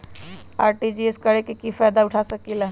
RTGS करे से की फायदा उठा सकीला?